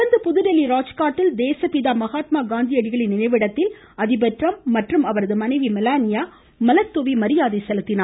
தொடர்ந்து புதுதில்லி ராஜ்காட்டில் தேசப்பிதா மகாத்மா காந்தியடிகளின் நினைவிடத்தில் அதிபர் ட்ரம்ப் மற்றும் அவரது மனைவி மெலனியா மலர் துாவி மரியாதை செலுத்தினார்கள்